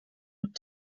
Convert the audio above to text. would